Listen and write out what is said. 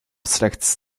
slechts